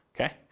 okay